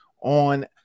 on